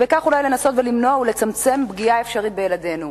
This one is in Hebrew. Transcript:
ובכך אולי לנסות ולמנוע ולצמצם פגיעה אפשרית בילדינו.